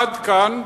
עד כאן,